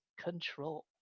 Control